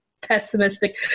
pessimistic